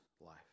life